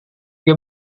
dia